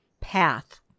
path